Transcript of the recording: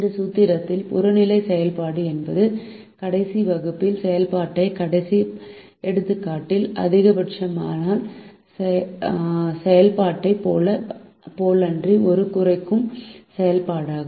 இந்த சூத்திரத்தில் புறநிலை செயல்பாடு என்பது கடைசி வகுப்பில் செய்யப்பட்ட கடைசி எடுத்துக்காட்டில் அதிகபட்சமாக்கல் செயல்பாட்டைப் போலன்றி ஒரு குறைக்கும் செயல்பாடாகும்